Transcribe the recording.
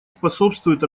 способствуют